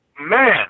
man